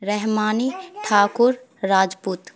Rahmani Thakur Rajput